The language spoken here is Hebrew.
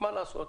מה לעשות?